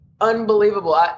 unbelievable